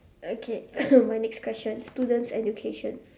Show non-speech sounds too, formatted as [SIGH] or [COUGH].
okay [COUGHS] my next question student's education